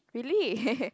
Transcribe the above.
really